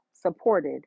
supported